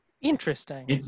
Interesting